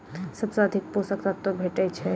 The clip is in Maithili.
सबसँ अधिक पोसक तत्व भेटय छै?